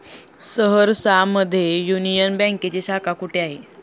सहरसा मध्ये युनियन बँकेची शाखा कुठे आहे?